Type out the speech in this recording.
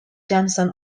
johnson